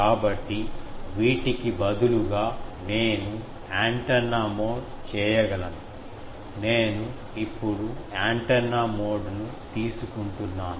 కాబట్టి వీటికి బదులుగా నేను యాంటెన్నా మోడ్ చేయగలను నేను ఇప్పుడు యాంటెన్నా మోడ్ను తీసుకుంటున్నాను